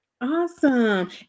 Awesome